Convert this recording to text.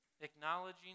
acknowledging